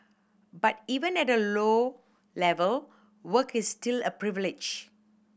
but even at a low level work is still a privilege